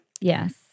Yes